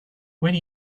where